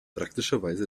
praktischerweise